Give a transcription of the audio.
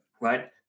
right